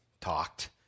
Talked